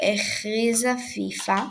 הכריזה פיפ"א